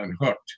unhooked